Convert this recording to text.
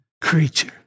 creature